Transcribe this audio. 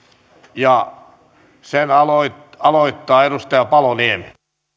ja sen aloittaa edustaja paloniemi arvoisa